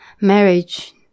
marriage